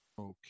Okay